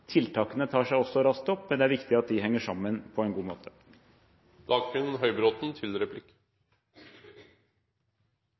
Tiltakene tar seg også raskt opp, men det er viktig at de henger sammen på en god måte.